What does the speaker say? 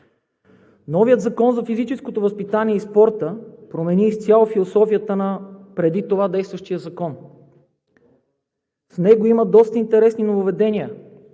Новият Закон за физическото възпитание и спорта промени изцяло философията на действащия преди това закон. В него има доста интересни нововъведения: